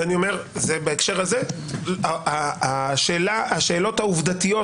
בהקשר הזה השאלות העובדתיות